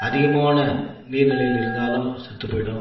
அதிகமான நீர் நிலையில இருந்தாலும் செத்துப் போயிடும்